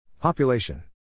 Population